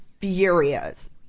furious